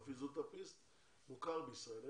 פיזיותרפיסט מוכר בישראל.